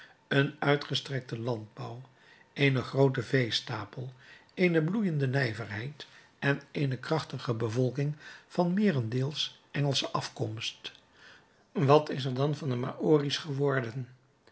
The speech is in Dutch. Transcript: een uitgestrekten landbouw eenen grooten veestapel eene bloeijende nijverheid en eene krachtige bevolking van meerendeels engelsche afkomst wat is er dan van de maori's geworden